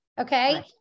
Okay